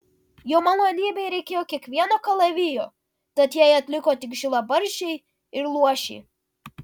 jo malonybei reikėjo kiekvieno kalavijo tad jai atliko tik žilabarzdžiai ir luošiai